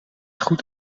goed